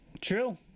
True